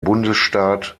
bundesstaat